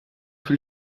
viel